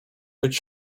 być